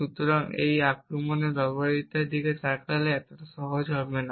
সুতরাং এই আক্রমণের ব্যবহারিকতার দিকে তাকালে এটি এতটা সহজ হবে না